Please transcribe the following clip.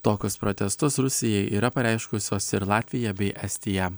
tokius protestus rusijai yra pareiškusios ir latvija bei estija